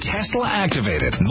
Tesla-activated